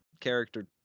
character